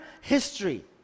history